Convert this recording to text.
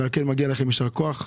על כן מגעי לכם יישר כוח.